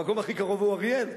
המקום הכי קרוב הוא אריאל.